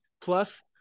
plus